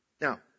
Now